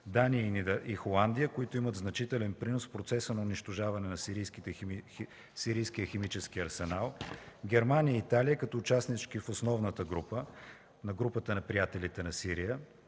Дания и Холандия, които имат значителен принос в процеса на унищожаване на сирийския химически арсенал; Германия и Италия, като участнички в основната група на Групата на приятелите на Сирия;